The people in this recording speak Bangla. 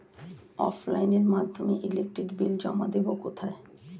অফলাইনে এর মাধ্যমে ইলেকট্রিক বিল জমা দেবো কোথায়?